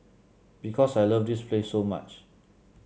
because I love this place so much